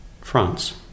France